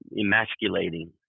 emasculating